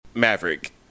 Maverick